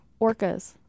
Orcas